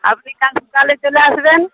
আপনি কাল সকালে চলে আসবেন